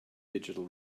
digital